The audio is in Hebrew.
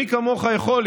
ומי כמוך יכול,